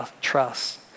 trust